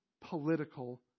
political